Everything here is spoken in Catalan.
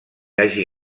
hagi